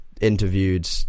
interviewed